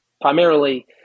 primarily